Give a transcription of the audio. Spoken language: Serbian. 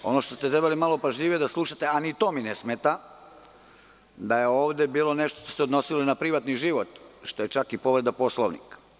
Ono što ste trebali malo pažljivije da slušate, a ni to mi ne smeta, da je ovde bilo nešto što se odnosilo i na privatni život, što je čak i povreda Poslovnika.